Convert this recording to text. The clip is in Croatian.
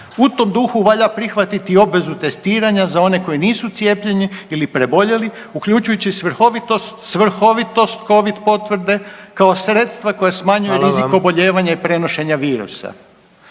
U tom duhu valja prihvatiti i obvezu testiranja za one koji nisu cijepljeni ili preboljeli uključujući svrhovitost Covid potvrde kao sredstva koja smanjuju rizik obolijevanja …/Upadica: